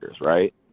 right